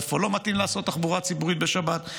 איפה לא מתאים לעשות תחבורה ציבורית בשבת.